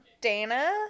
Dana